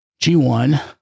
G1